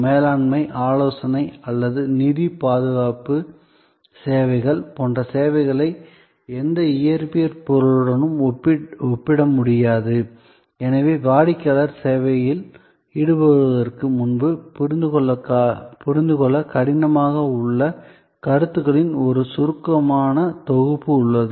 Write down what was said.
மேலாண்மை ஆலோசனை அல்லது நிதி பாதுகாப்பு சேவைகள் போன்ற சேவைகளை எந்த இயற்பியல் பொருளுடனும் ஒப்பிட முடியாது எனவே வாடிக்கையாளர் சேவையில் ஈடுபடுவதற்கு முன்பு புரிந்துகொள்ள கடினமாக உள்ள கருத்துக்களின் ஒரு சுருக்கமான தொகுப்பு உள்ளது